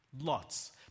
Lots